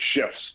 shifts